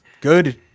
Good